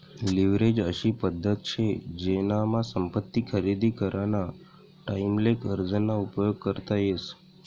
leverage अशी पद्धत शे जेनामा संपत्ती खरेदी कराना टाईमले कर्ज ना उपयोग करता येस